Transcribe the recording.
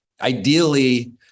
Ideally